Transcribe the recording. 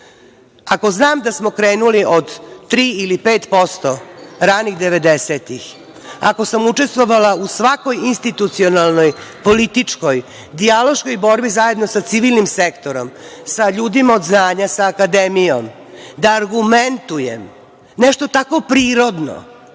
pol. Ako znam da smo krenuli od tri ili pet posto ranih devedesetih, ako sam učestvovala u svakoj institucionalnoj političkoj, dijaloškoj borbi zajedno sa civilnim sektorom, sa ljudima od znanja sa akademijom, da argumentujem nešto tako prirodno,